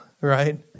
right